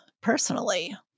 personally